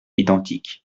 identiques